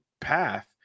path